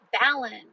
balance